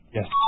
Yes